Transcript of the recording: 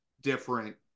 different